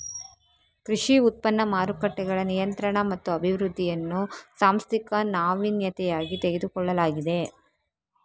ಕೃಷಿ ಉತ್ಪನ್ನ ಮಾರುಕಟ್ಟೆಗಳ ನಿಯಂತ್ರಣ ಮತ್ತು ಅಭಿವೃದ್ಧಿಯನ್ನು ಸಾಂಸ್ಥಿಕ ನಾವೀನ್ಯತೆಯಾಗಿ ತೆಗೆದುಕೊಳ್ಳಲಾಗಿದೆ